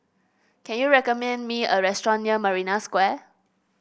can you recommend me a restaurant near Marina Square